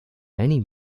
many